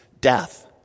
death